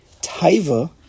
Taiva